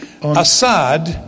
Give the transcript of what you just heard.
Assad